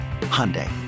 Hyundai